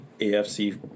AFC